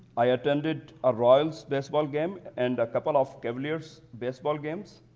i attended a royals baseball game and a couple of cavaliers baseball games,